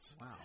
Wow